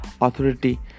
authority